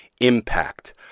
impact